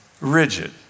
rigid